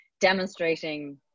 demonstrating